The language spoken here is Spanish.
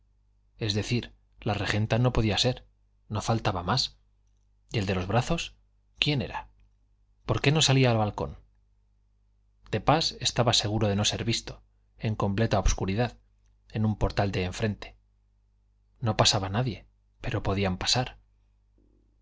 es decir la regenta no podía ser no faltaba más y el de los brazos quién era por qué no salía al balcón de pas estaba seguro de no ser visto en completa obscuridad en un portal de enfrente no pasaba nadie pero podían pasar